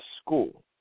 school